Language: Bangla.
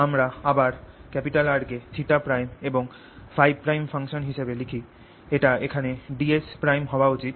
আমরা আবার R কে θ প্রাইম এবং Փ প্রাইম ফাংশন হিসাবে লিখি এটা এখানে ds প্রাইম হওয়া উচিত